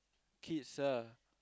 kids ah